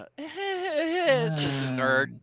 Nerd